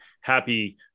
happy